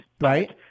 Right